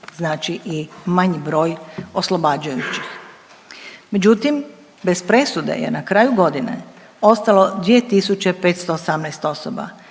znači i manji broj oslobađajućih. Međutim, bez presude je na kraju godine ostalo 2.518 osoba,